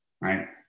right